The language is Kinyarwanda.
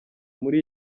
muri